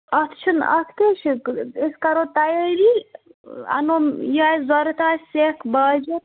اَتھ چھُنہٕ اَتھ کیٛاہ چھِ أسۍ کَرو تَیٲری اَنو یہِ اَسہِ ضوٚرَتھ آسہِ سٮ۪کھ باجَر